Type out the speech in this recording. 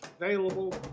available